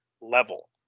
level